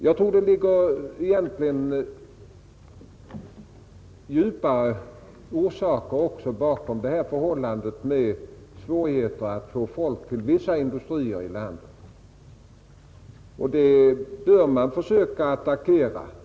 Jag tror att det egentligen också ligger djupare orsaker bakom svårigheterna att få folk till vissa industrier i landet, och de orsakerna bör man försöka attackera.